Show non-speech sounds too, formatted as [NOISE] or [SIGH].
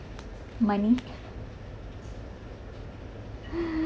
money [LAUGHS]